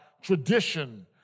tradition